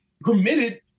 permitted